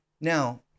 Now